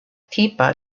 tipa